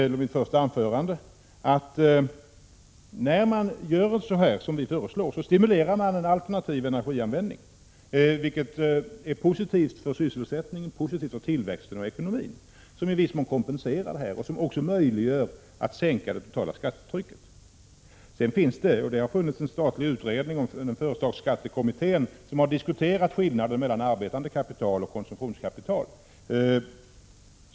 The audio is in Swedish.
I mitt första anförande sade jag också att man, om man följde vårt förslag, skulle stimulera en alternativ energianvändning, vilket är positivt med tanke på sysselsättningen och den ekonomiska tillväxten, som i viss mån skulle utgöra en kompensation och bidra till en sänkning av det totala skattetrycket. Det har också funnits en statlig utredning som diskuterat skillnaden mellan arbetande kapital och konsumtionskapital.